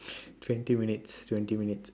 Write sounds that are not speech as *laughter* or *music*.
*breath* twenty minutes twenty minutes